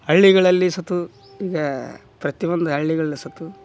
ಹಳ್ಳಿಗಳಲ್ಲಿ ಸತು ಈಗ ಪ್ರತಿ ಒಂದು ಹಳ್ಳಿಗಳಲ್ಲೂ ಸತು